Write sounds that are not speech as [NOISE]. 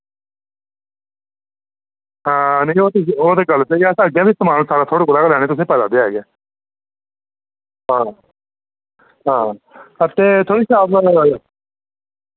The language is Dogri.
हां नी ओ ते ओ ते गल्ल स्हेई ऐ अस अग्गै बी समान सारा थुआढ़े कोला गै लैने तुसें पता ते ऐ गै हां हां हां ते थुआढ़ी शाप [UNINTELLIGIBLE]